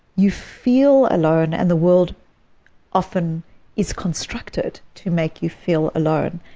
you feel alone and the world often is constructed to make you feel alone,